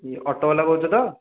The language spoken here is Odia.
ଅଟୋ ବାଲା କହୁଛ ତ